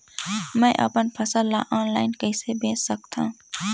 मैं अपन फसल ल ऑनलाइन कइसे बेच सकथव?